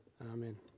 Amen